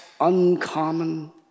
uncommon